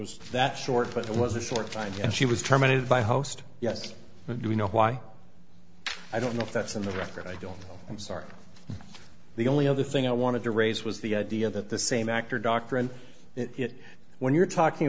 was that short but it was a short time and she was terminated by host yes but do you know why i don't know if that's in the record i don't know i'm sorry the only other thing i wanted to raise was the idea that the same actor doctor and it when you're talking